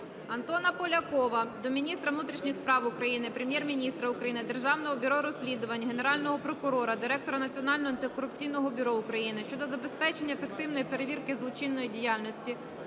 Антона Полякова до міністра внутрішніх справ України, Прем'єр-міністра України, Державного бюро розслідувань, Генерального прокурора, Директора Національного антикорупційного бюро України щодо забезпечення ефективної перевірки злочинної діяльності